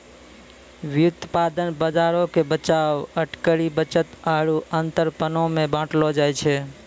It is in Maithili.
व्युत्पादन बजारो के बचाव, अटकरी, बचत आरु अंतरपनो मे बांटलो जाय छै